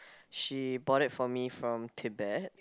she brought it for me from Tibet